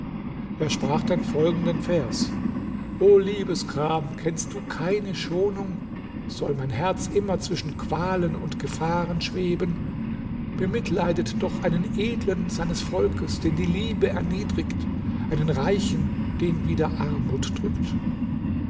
er sprach dann folgenden vers o liebesgram kennst du keine schonung soll mein herz immer zwischen qualen und gefahren schweben bemitleidet doch einen edlen seines volkes den die liebe erniedrigt einen reichen den wieder armut drückt